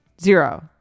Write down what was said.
Zero